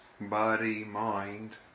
body-mind